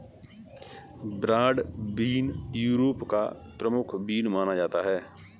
broad bean Europe का प्रमुख bean माना जाता है